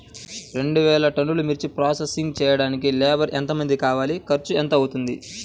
రెండు వేలు టన్నుల మిర్చి ప్రోసెసింగ్ చేయడానికి లేబర్ ఎంతమంది కావాలి, ఖర్చు ఎంత అవుతుంది?